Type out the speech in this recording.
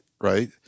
right